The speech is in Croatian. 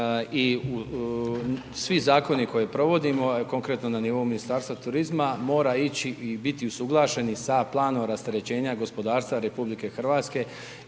i svi zakoni koje provodimo, konkretno na nivou Ministarstva turizma mora ići i biti usuglašeni sa planom rasterećenja gospodarstva RH i u našem